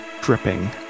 dripping